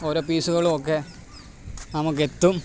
ഓരോ പീസ്കളുമൊക്കെ നമുക്ക് എത്തും